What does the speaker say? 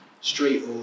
Street